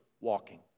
walking